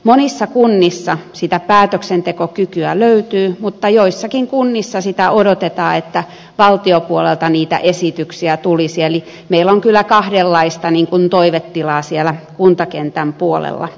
monissa kunnissa sitä päätöksentekokykyä löytyy mutta joissakin kunnissa sitä odotetaan että valtiopuolelta niitä esityksiä tulisi eli meillä on kyllä kahdenlaista toivetilaa siellä kuntakentän puolella